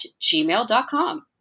gmail.com